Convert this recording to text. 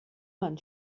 man